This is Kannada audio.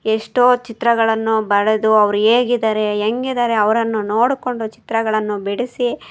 ಎಷ್ಟೋ ಚಿತ್ರಗಳನ್ನು ಬರೆದು ಅವ್ರು ಹೇಗಿದಾರೆ ಹೆಂಗಿದಾರೆ ಅವರನ್ನು ನೋಡಿಕೊಂಡು ಚಿತ್ರಗಳನ್ನು ಬಿಡಿಸಿ